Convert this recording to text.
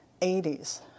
80s